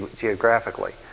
geographically